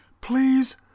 please